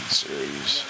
series